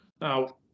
Now